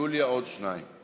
חוץ מיוליה עוד שניים.